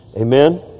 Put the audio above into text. Amen